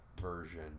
version